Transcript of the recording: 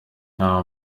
nta